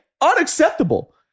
unacceptable